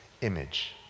image